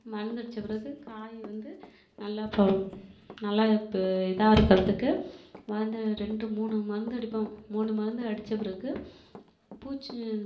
மருந்தடிச்ச பிறகு காய் வந்து நல்லா நல்லா ப இதா இருக்கிறதுக்கு வந்து ரெண்டு மூணு மருந்து அடிப்போம் மூணு மருந்து அடிச்ச பிறகு பூச்சி